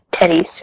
Teddy's